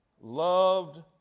loved